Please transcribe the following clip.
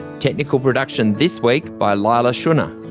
technical production this week by leila shunnar,